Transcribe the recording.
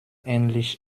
endlich